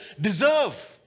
deserve